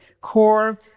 CORE